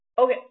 Okay